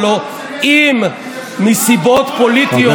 הלוא אם מסיבות פוליטיות,